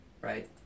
right